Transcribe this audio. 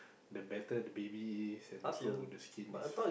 the better the baby is and also the skin is